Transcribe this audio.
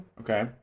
Okay